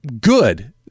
good